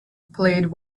played